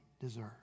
deserve